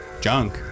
junk